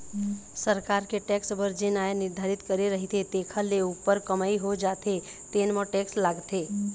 सरकार के टेक्स बर जेन आय निरधारति करे रहिथे तेखर ले उप्पर कमई हो जाथे तेन म टेक्स लागथे